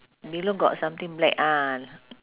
below got something black ah